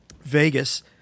Vegas